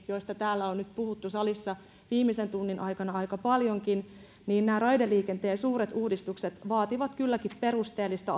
joista täällä salissa on nyt puhuttu viimeisen tunnin aikana aika paljonkin niin nämä raideliikenteen suuret uudistukset vaativat kylläkin perusteellista